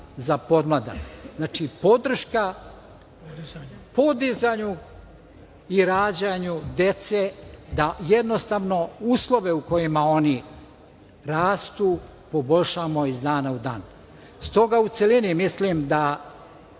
za podmladak. Znači, podrška podizanju i rađanju dece da jednostavno uslove u kojima oni rastu poboljšamo iz dana u dana. Stoga, u celini mislim da